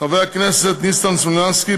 חברי הכנסת ניסן סלומינסקי,